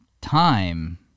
time